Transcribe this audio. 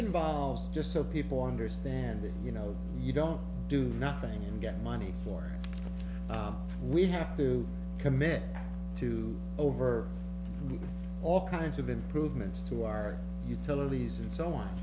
involves just so people understand that you know you don't do nothing and get money for we have to commit to over all kinds of improvements to our utilities and so on